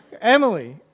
Emily